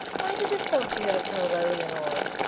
why didst thou fear to tell thy leonore?